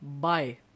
Bye